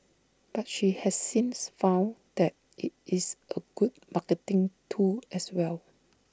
but she has since found that IT is A good marketing tool as well